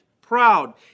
proud